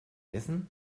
essen